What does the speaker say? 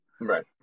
Right